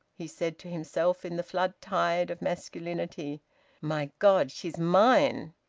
he said to himself, in the flood-tide of masculinity my god! she's mine.